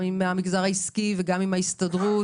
גם עם המגזר העסקי וגם עם ההסתדרות,